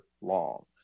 long